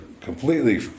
completely